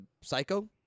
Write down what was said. psycho